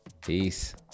Peace